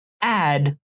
add